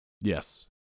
Yes